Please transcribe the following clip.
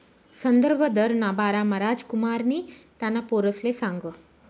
संदर्भ दरना बारामा रामकुमारनी त्याना पोरसले सांगं